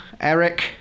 Eric